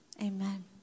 amen